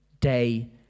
day